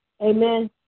Amen